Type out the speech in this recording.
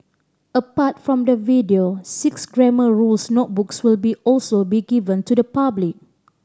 apart from the video six Grammar Rules notebooks will be also be given to the public